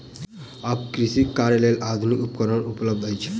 आब कृषि कार्यक लेल आधुनिक उपकरण उपलब्ध अछि